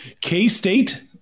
K-State